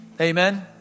Amen